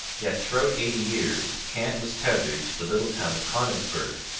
yet throughout eighty years kant was tethered to the little town of konigsberg,